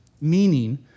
meaning